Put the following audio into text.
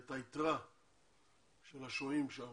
ואת יתרת השוהים שם,